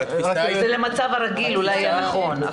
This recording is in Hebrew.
זה למצב הרגיל אולי היה נכון,